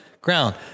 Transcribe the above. ground